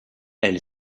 elle